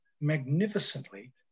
magnificently